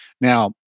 Now